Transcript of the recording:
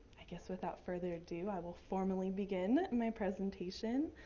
i guess without further adieu i will formally begin my presentation.